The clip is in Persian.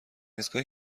ایستگاه